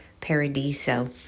paradiso